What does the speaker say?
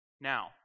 now